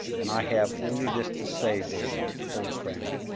and i have only this to say, david, old friend,